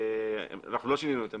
לא שינינו את עמדתנו,